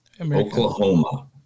Oklahoma